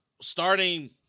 starting